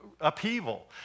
upheaval